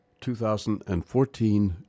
2014